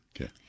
Okay